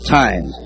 time